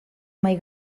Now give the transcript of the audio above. mahai